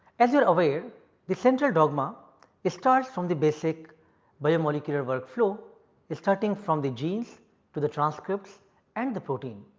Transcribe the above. as you are aware the central dogma is starts from the basic bio-molecular work flow is starting from the genes to the transcripts and the protein.